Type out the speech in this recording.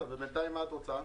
עם יו"ר ועדת החוקה,